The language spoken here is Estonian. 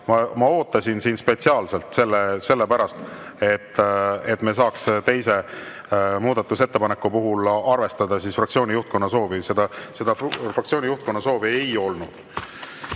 Ma ootasin spetsiaalselt sellepärast, et me saaks teise muudatusettepaneku puhul arvestada fraktsiooni juhtkonna soovi. Seda fraktsiooni juhtkonna soovi ei olnud. Urmas